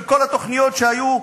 של כל התוכניות שהיו,